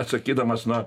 atsakydamas na